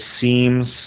seems